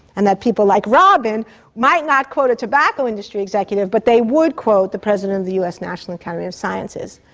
and that people like robyn might not quote a tobacco industry executive, but they would quote the president of the us national academy of sciences.